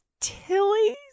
Tilly's